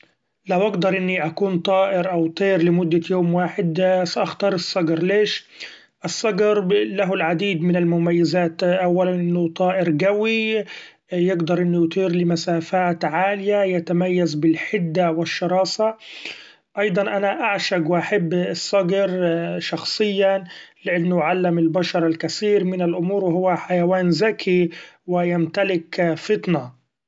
لو اقدر اني أكون طائر أو طير لمدة يوم واحد سأختار الصقر ليش ؛ الصقر له العديد من المميزات أولا أنه طائر قوي يقدر إنو يطير لمسافات عالية ، يتميز بالحدة و الشراسة ، أيضا أنا أعشق و أحب الصقر شخصيا لأنو علم البشر الكثير من الأمور و هو حيوان ذكي و يمتلك فطنة.